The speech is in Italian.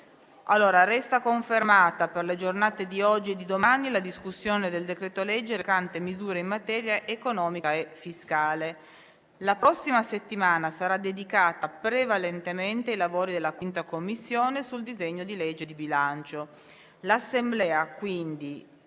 dicembre. Resta confermata per le giornate di oggi e di domani la discussione del decreto-legge recante misure in materia economica e fiscale. La prossima settimana sarà dedicata prevalentemente ai lavori della 5a Commissione sul disegno di legge di bilancio. L'Assemblea, tuttavia,